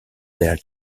their